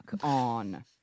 on